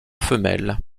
femelles